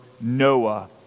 Noah